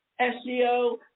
SEO